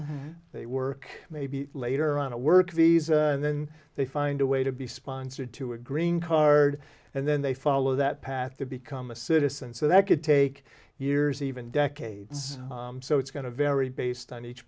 they work maybe later on a work visa and then they find a way to be sponsored to a green card and then they follow that path to become a citizen so that could take years even decades so it's going to vary based on each